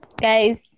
guys